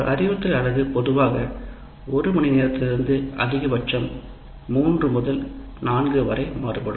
ஒரு அறிவுறுத்தல் அலகு 1 மணிநேரத்திலிருந்து பொதுவாக அதிகபட்சம் 3 முதல் 4 வரை மாறுபடும்